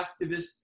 activists